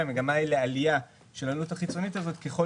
הברית היא של עלייה של העלות החיצונית הזאת ככל